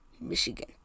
Michigan